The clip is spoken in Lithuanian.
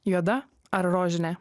juoda ar rožinė